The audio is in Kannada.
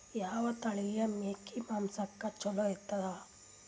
ಯಾವ ತಳಿಯ ಮೇಕಿ ಮಾಂಸಕ್ಕ ಚಲೋ ಇರ್ತದ?